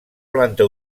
planta